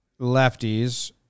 lefties